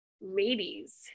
ladies